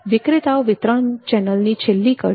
વિક્રેતાઓ વિતરણ ચેનલની છેલ્લી કડી છે